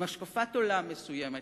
עם השקפת עולם מסוימת,